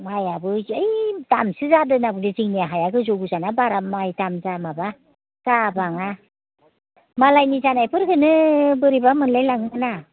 माइआबो जै दामसो जादों होनना बुंदो जोंनिया हाया गोजौ गोजौना बारा माइ दाम जाया माबा जाबाङा मालायनि जानायफोरखौनो बोरैबा मोनलायलाङो ना